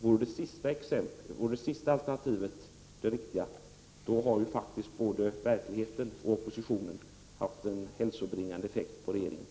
Vore det sista alternativet det riktiga, har faktiskt både verkligheten och oppositionen haft en hälsobringande effekt på regeringen.